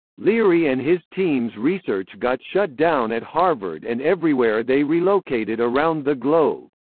leary and his team's research got shut down at harvard and everywhere they relocated around the globe.